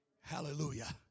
hallelujah